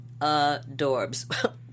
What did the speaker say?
adorbs